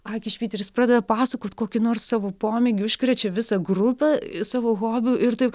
akys švyti ir jis pradeda pasakot kokį nors savo pomėgį užkrečia visą grupę savo hobiu ir taip